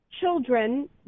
children